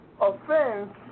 offense